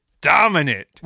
dominant